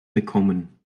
bekommen